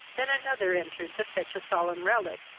than another entered to fetch a solemn relic,